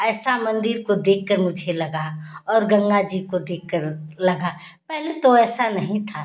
ऐसा मंदिर को देख कर मुझे लगा और गंगा जी को देख कर लगा पहले तो ऐसा नहीं था